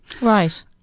Right